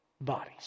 bodies